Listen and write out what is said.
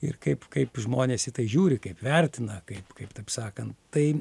ir kaip kaip žmonės į tai žiūri kaip vertina kaip kaip taip sakant tai